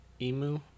Emu